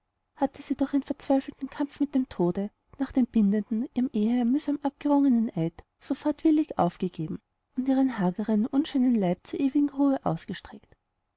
hatte sie doch ihren verzweifelten kampf mit dem tode nach dem bindenden ihrem eheherrn mühsam abgerungenen eid sofort willig aufgegeben und ihren hageren unschönen leib zur ewigen ruhe ausgestreckt